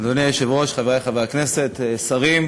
אדוני היושב-ראש, חברי חברי הכנסת, שרים,